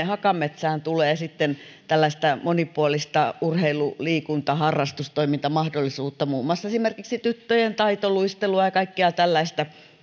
hakametsään tulee sitten tällaista monipuolista urheilu liikunta harrastustoimintamahdollisuutta muun muassa esimerkiksi tyttöjen taitoluistelua ja kaikkea tällaista